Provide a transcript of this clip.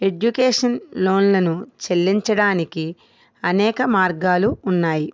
education లోన్లను చెల్లించడానికి అనేక మార్గాలు ఉన్నాయి